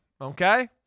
Okay